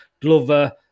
Glover